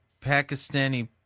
Pakistani